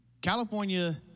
california